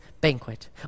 banquet